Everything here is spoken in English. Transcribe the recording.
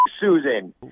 Susan